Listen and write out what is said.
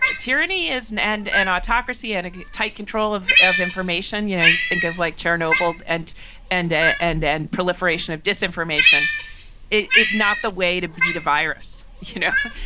ah tyranny is an end and autocracy and tight control of of information you may think of like chernobyl and and ah and and proliferation of disinformation is not the way to beat a virus. you know,